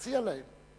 תציע להם.